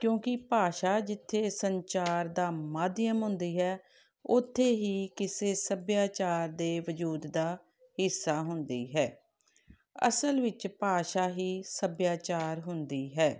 ਕਿਉਂਕਿ ਭਾਸ਼ਾ ਜਿੱਥੇ ਸੰਚਾਰ ਦਾ ਮਾਧਿਅਮ ਹੁੰਦੀ ਹੈ ਉੱਥੇ ਹੀ ਕਿਸੇ ਸੱਭਿਆਚਾਰ ਦੇ ਵਜੂਦ ਦਾ ਹਿੱਸਾ ਹੁੰਦੀ ਹੈ ਅਸਲ ਵਿੱਚ ਭਾਸ਼ਾ ਹੀ ਸੱਭਿਆਚਾਰ ਹੁੰਦੀ ਹੈ